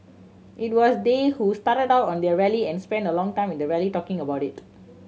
it was they who started out on their rally and spent a long time in the rally talking about it